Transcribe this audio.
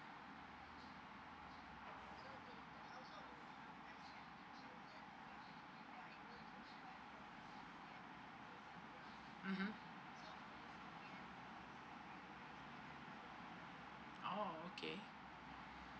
mmhmm oh okay